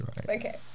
okay